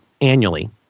annually